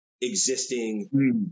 existing